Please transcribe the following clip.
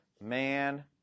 man